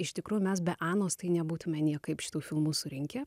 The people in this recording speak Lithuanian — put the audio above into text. iš tikrųjų mes be anos tai nebūtume niekaip šitų filmų surinkę